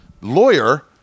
Lawyer